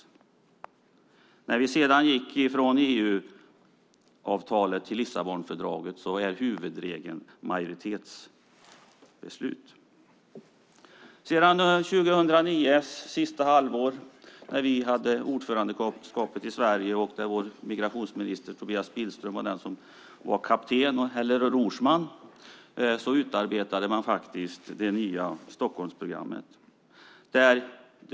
Sedan vi gått över från EU-avtalet till Lissabonfördraget är huvudregeln majoritetsbeslut. Sedan andra halvåret 2009, då Sverige hade ordförandeskapet och då vår migrationsminister Tobias Billström var kapten, rorsman, har ett nytt program, Stockholmsprogrammet, utarbetats.